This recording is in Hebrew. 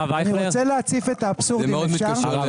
אני רוצה להציף את האבסורדים, אם אפשר.